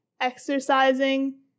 exercising